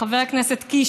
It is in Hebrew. חבר הכנסת קיש,